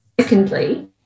Secondly